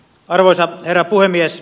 arvoisa herra puhemies